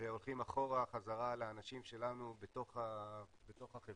והולכים אחורה חזרה לאנשים שלנו בתוך החברה